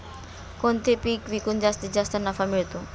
कोणते पीक विकून जास्तीत जास्त नफा मिळतो?